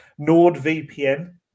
NordVPN